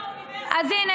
אני לאורך כל הדרך, אגב,